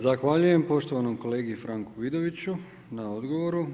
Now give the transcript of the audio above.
Zahvaljujem poštovanom kolegi Franku Vidoviću na odgovoru.